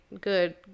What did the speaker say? good